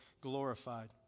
glorified